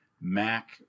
Mac